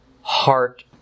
heart